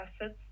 assets